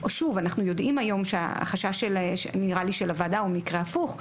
אנחנו יודעים היום שהחשש של הוועדה הוא מקרה הפוך.